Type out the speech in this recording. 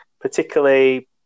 particularly